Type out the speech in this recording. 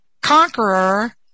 conqueror